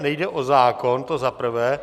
Nejde o zákon, to za prvé.